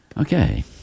Okay